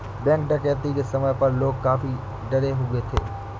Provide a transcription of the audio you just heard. bank डकैती के समय पर लोग काफी डरे हुए थे